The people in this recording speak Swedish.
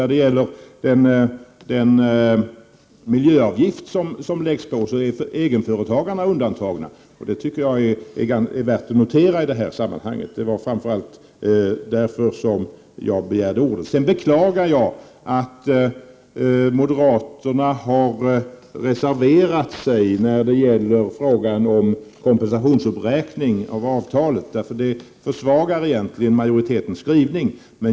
När det gäller den miljöavgift som läggs på är egenföretagarna undantagna. Det tycker jag är värt att notera. Det var framför allt därför som jag begärde ordet. Jag beklagar att moderaterna har reserverat sig i fråga om kompensationsuppräkning av avtalet, för det försvagar majoritetens skrivning.